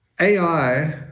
AI